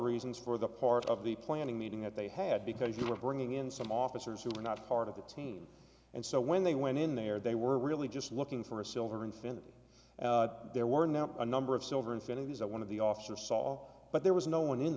reasons for the part of the planning meeting at they had because you were bringing in some officers who were not part of the team and so when they went in there they were really just looking for a silver infinity there were now a number of silver incentives that one of the officers saw but there was no one in